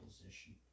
position